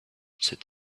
said